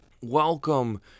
Welcome